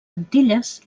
antilles